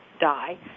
die